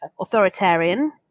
authoritarian